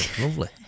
Lovely